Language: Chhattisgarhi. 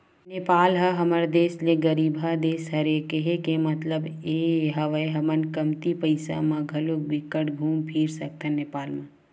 नेपाल ह हमर देस ले गरीबहा देस हरे, केहे के मललब ये हवय हमन कमती पइसा म घलो बिकट घुम फिर सकथन नेपाल म